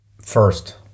first